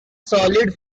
solid